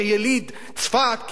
כיליד צפת,